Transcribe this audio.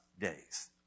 days